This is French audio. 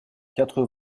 quatre